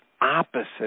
opposite